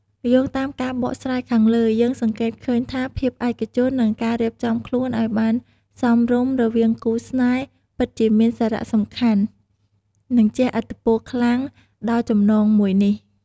យោងតាមការបកស្រាយខាងលើ យើងសង្កេតឃើញថាភាពឯកជន និងការរៀបចំខ្លួនឱ្យបានសមរម្យរវាងគូរស្នេហ៍ពិតជាមានសារៈសំខាន់និងជះឥទ្ធិពលខ្លាំងដល់ចំណងមួយនេះ។